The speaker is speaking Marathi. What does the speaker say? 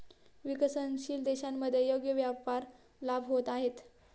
विकसनशील देशांमध्ये योग्य व्यापार लाभ होत आहेत